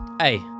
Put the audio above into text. Hey